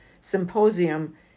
Symposium